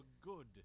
good